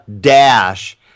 dash